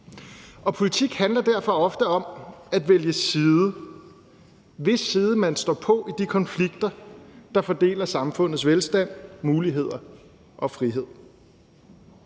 Politik handler derfor ofte om at vælge side, vælge, hvis side man står på i de konflikter, der fordeler samfundets velstand, muligheder og frihed.